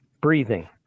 breathing